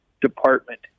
department